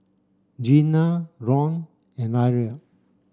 Gina Ron and Irl